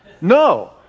no